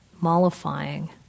mollifying